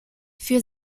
für